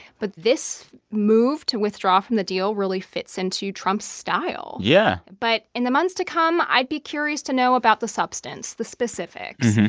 but this move to withdraw from the deal really fits into trump's style yeah but in the months to come, i'd be curious to know about the substance, the specifics.